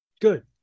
Good